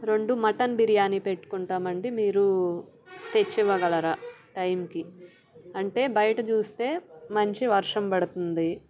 రెండు మటన్ బిర్యానీ పెట్టుకుంటాం అండి మీరు తెచ్చి ఇవ్వగలరా టైంకి అంటే బయట చూస్తే మంచి వర్షం పడుతుంది